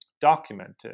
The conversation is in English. documented